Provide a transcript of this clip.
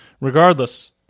regardless